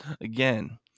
again